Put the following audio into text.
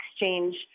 exchange